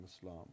Islam